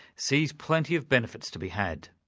sees plenty of benefits to be had.